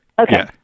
Okay